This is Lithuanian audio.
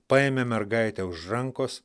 paėmė mergaitę už rankos